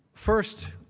first,